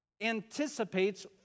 anticipates